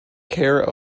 care